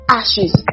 ashes